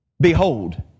Behold